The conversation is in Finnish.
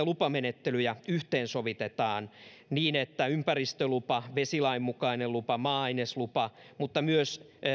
lupamenettelyjä yhteensovitetaan niin että ympäristölupa vesilain mukainen lupa maa aineslupa mutta myös